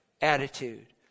attitude